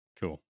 cool